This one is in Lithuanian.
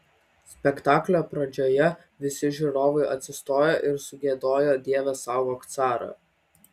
spektaklio pradžioje visi žiūrovai atsistojo ir sugiedojo dieve saugok carą